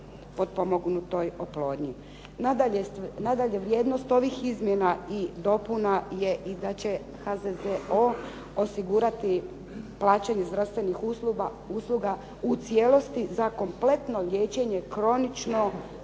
Nadalje, vrijednost ovih izmjena i dopuna je i da će HZZO osigurati plaćanje zdravstvenih usluga u cijelosti za kompletno liječenje kronično